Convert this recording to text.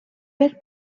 per